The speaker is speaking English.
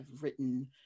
written